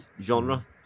genre